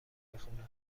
بخونم